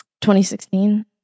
2016